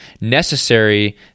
necessary